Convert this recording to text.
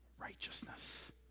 righteousness